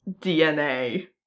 DNA